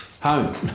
home